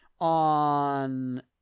on